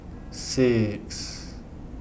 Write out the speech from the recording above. six